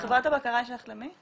חברת הבקרה שייכת למי?